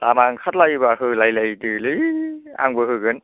लामा ओंखारलायोब्ला होलायलायदोलै आंबो होगोन